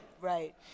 Right